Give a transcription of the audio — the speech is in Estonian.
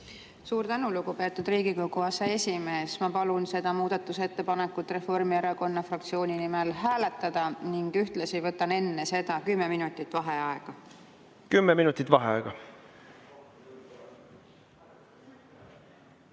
Suur tänu, lugupeetud Riigikogu aseesimees! Ma palun seda muudatusettepanekut Reformierakonna fraktsiooni nimel hääletada ning ühtlasi võtan enne seda kümme minutit vaheaega. Suur tänu, lugupeetud